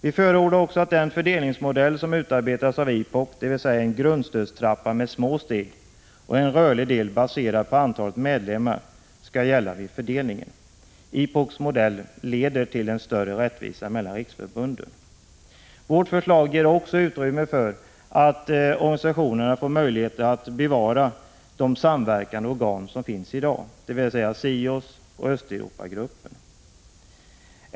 Vi förordar också att den fördelningsmodell som utarbetades av IPOK, dvs. en grundstödstrappa med små steg och en rörlig del baserad på antalet medlemmar, skall gälla vid fördelningen. IPOK:s modell leder till större rättvisa mellan riksförbunden. Vårt förslag ger också utrymme för att organisationerna får möjligheter att bevara de samverkande organ som finns i dag, dvs. SIOS och Östeuropagruppen.